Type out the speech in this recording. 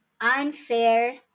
Unfair